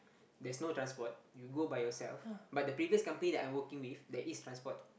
there's no transport you go by yourself but the previous company I working with there is transport